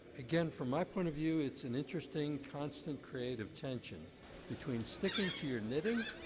again, from my point of view, it's an interesting constant creative tension between sticking to your knitting,